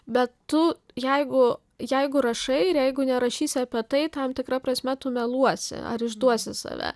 bet tu jeigu jeigu rašai ir jeigu nerašysi apie tai tam tikra prasme tu meluosi ar išduosi save